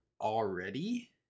already